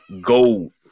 gold